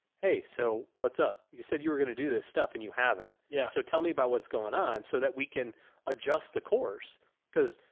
hey, so what's up, you said you were going to do this stuff and you haven't. yeah so tell me about what's going on so that we can adjust the course cause.